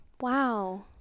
Wow